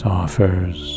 offers